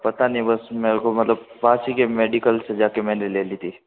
पता नहीं बस मेरे को मतलब पास ही के मेडिकल से जा के मैंने ले ली थी